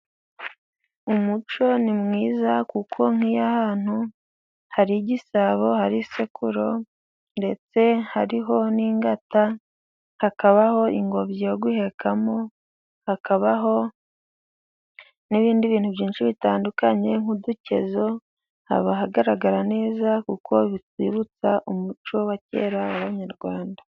Umuco ni mwiza kuko nk'iy'ahantu hari igisabo, hari isekuru ndetse hariho n'ingata, hakabaho ingobyi yo guhekamo, hakabaho n'ibindi bintu byinshi bitandukanye nk'udukezo, haba hagaragara neza kuko bitwibutsa umuco wa kera w'Abanyarwanda.